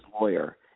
lawyer